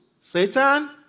Satan